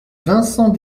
vincent